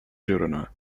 girona